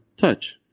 Touch